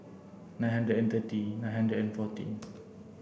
nine hundred and thirty nine hundred and fourteen